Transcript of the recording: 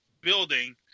building